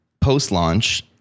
post-launch